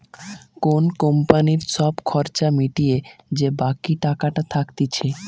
কোন কোম্পানির সব খরচা মিটিয়ে যে বাকি টাকাটা থাকতিছে